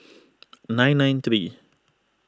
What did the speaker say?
nine nine three